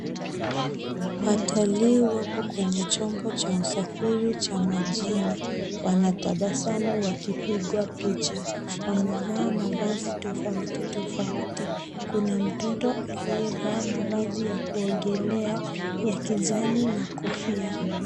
Watalii wako kwenye chombo cha usafiri cha majini, wanatabasamu wakipigwa picha. Wamevaa mavazi tofauti tofauti. Kuna mtoto aliyevaa mavazi ya kuogelea ya kijani na kofia.